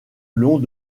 long